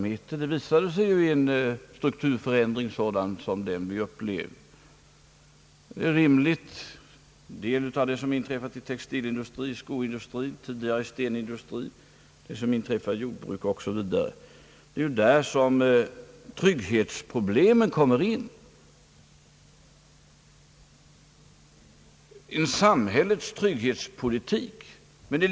Det har iu visat sig att inte alla företag kan klara sina verksamheter vid en strukturförändring som den vi upplevt inom en del av textilindustrin, inom skoindustrin och tidigare inom stenindustrin. Jag kan också nämna den utveckling som sker inom jordbruket o. s. v.